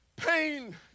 Pain